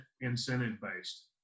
incentive-based